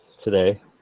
today